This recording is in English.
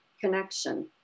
connection